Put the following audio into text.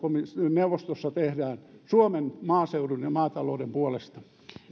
neuvostossa tehdään suomen maaseudun ja maatalouden puolesta